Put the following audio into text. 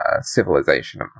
civilization